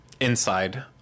inside